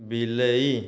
ବିଲେଇ